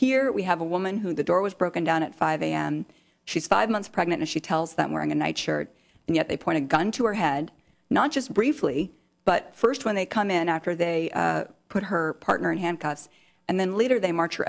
here we have a woman who the door was broken down at five am she's five months pregnant she tells that wearing a night shirt and yet they pointed a gun to her head not just briefly but first when they come in after they put her partner in handcuffs and then later they march